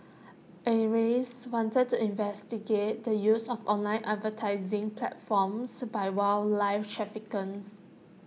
acres wanted to investigate the use of online advertising platforms by wildlife traffickers